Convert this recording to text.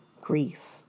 grief